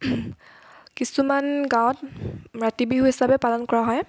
কিছুমান গাঁৱত ৰাতিবিহু হিচাপে পালন কৰা হয়